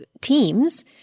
teams